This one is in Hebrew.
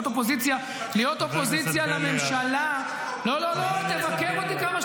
להיות אופוזיציה --- לא כל מי שמבקר אותך הוא פופוליסט.